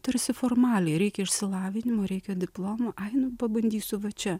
tarsi formaliai reikia išsilavinimo reikia diplomo ai nu pabandysiu va čia